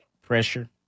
Pressure